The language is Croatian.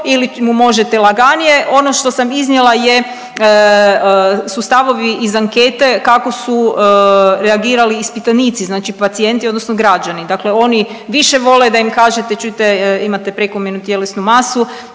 ili mu možete laganije. Ono što sam iznijela je, su stavovi iz ankete kako su reagirali ispitanici, znači pacijenti odnosno građani. Dakle oni više vole da im kažete čujte imate prekomjernu tjelesnu masu